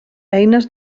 eines